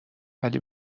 ولی